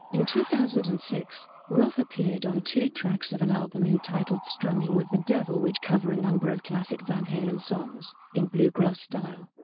in two thousand and six, roth appeared on two tracks of an album entitled strummin' with the devil which cover a number of classic van halen songs, in bluegrass style.